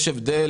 יש הבדל